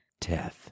teth